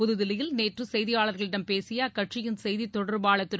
புதுதில்லியில் நேற்று செய்தியாளர்களிடம் பேசிய அக்கட்சியின் செய்தித் தொடர்பாளர் திரு